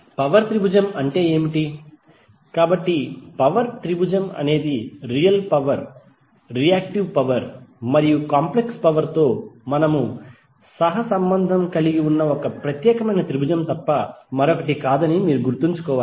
power త్రిభుజం అంటే ఏమిటి కాబట్టి పవర్ త్రిభుజం అనేది రియల్ పవర్ రియాక్టివ్ పవర్ మరియు కాంప్లెక్స్ పవర్ తో మనము సహ సంబంధం కలిగి ఉన్న ఒక ప్రత్యేకమైన త్రిభుజం తప్ప మరొకటి కాదని మీరు గుర్తుంచుకోవాలి